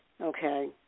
okay